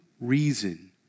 reason